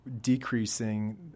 Decreasing